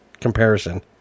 comparison